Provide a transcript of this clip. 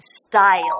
style